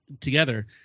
together